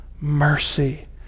mercy